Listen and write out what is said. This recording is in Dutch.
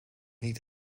niet